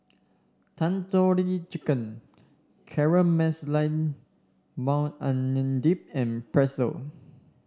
Tandoori Chicken Caramelized Maui Onion Dip and Pretzel